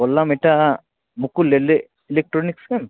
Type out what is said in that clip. বললাম এটা মুকুল ইলেকট্রনিকশান